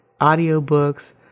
audiobooks